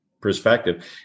perspective